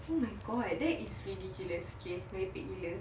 oh my god that is ridiculous okay merepek gila